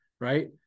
right